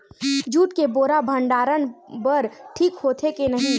Jute के बोरा भंडारण बर ठीक होथे के नहीं?